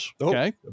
Okay